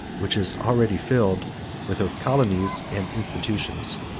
which is already filled with her colonies and institutions.